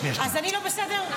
אז אני לא בסדר?